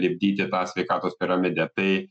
lipdyti tą sveikatos piramidę tai